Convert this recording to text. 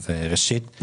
ראשית,